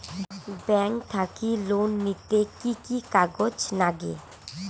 Bank থাকি loan নিতে কি কি কাগজ নাগে?